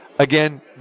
Again